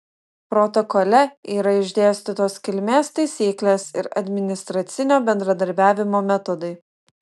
protokole yra išdėstytos kilmės taisyklės ir administracinio bendradarbiavimo metodai